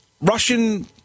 Russian